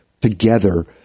together